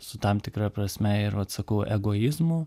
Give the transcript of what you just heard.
su tam tikra prasme ir atsakau egoizmu